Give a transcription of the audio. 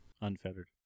Unfettered